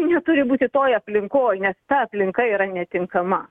neturi būti toj aplinkoj nes ta aplinka yra netinkama